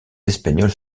espagnols